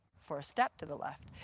for a step to the left.